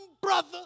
brother